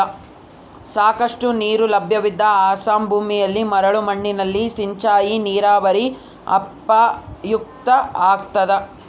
ಸಾಕಷ್ಟು ನೀರು ಲಭ್ಯವಿಲ್ಲದ ಅಸಮ ಭೂಮಿಯಲ್ಲಿ ಮರಳು ಮಣ್ಣಿನಲ್ಲಿ ಸಿಂಚಾಯಿ ನೀರಾವರಿ ಉಪಯುಕ್ತ ಆಗ್ತದ